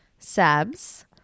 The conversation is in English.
Sabs